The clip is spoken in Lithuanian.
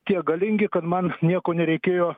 tie galingi kad man nieko nereikėjo